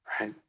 right